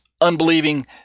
unbelieving